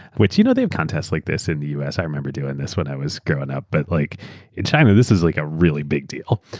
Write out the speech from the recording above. you know they have contests like this in the us. i remember doing this when i was growing up. but like in china, this is like a really big deal.